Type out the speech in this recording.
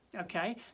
Okay